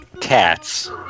cats